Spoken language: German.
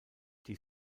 die